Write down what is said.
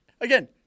Again